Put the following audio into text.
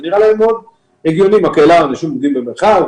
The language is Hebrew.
את חנויות הרחוב שנמצאות במרכזי הקניות הגדולים,